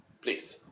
Please